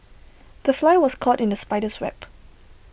the fly was caught in the spider's web